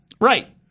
Right